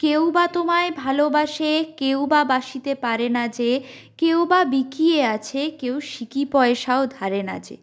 কেউ বা তোমায় ভালোবাসে কেউ বা বাসতে পারে না যে কেউ বিকিয়ে আছে কেউ বা সিকি পয়সা ধারে না যে